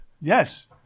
Yes